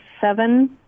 seven